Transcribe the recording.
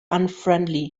unfriendly